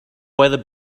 weather